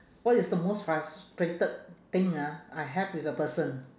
what is the most frustrated thing ah I have with a person